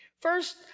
First